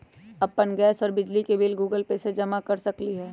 अपन गैस और बिजली के बिल गूगल पे से जमा कर सकलीहल?